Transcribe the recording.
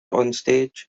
onstage